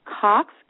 Cox